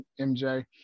MJ